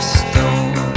stone